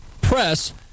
Press